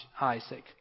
Isaac